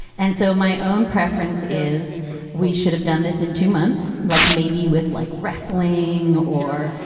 and so my own preference is we should have done this in two months, like maybe with like wrestling or,